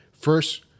first